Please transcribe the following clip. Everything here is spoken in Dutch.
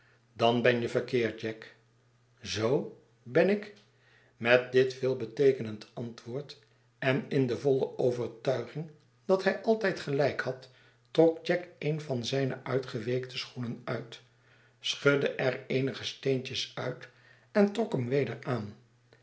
dan ben je verkeerd jack zoo ben ik met dit veelbeteekenend antwoord en in de voile overtuiging dat hij altijd gelijk had trok jack een van zijne uitgeweekte schoenen uit schudde er eenige steentjes uit en trok hem weder aan